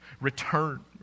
Return